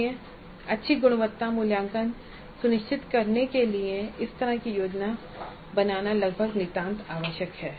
इसलिए अच्छी गुणवत्ता मूल्यांकन सुनिश्चित करने के लिए इस तरह की योजना बनाना लगभग नितांत आवश्यक है